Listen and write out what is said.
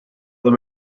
them